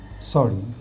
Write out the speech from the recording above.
sorry